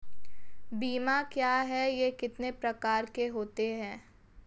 बीमा क्या है यह कितने प्रकार के होते हैं?